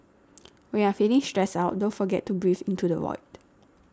when you are feeling stressed out don't forget to breathe into the void